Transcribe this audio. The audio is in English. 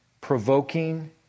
provoking